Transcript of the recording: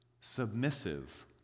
submissive